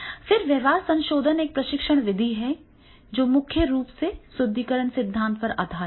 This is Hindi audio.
फिर व्यवहार संशोधन एक प्रशिक्षण विधि है जो मुख्य रूप से सुदृढीकरण सिद्धांत पर आधारित है